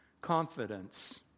confidence